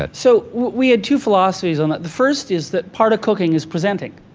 ah so, we had two philosophies on that. the first is that part of cooking is presenting.